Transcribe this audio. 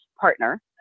partner